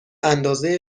اندازه